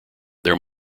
there